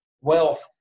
wealth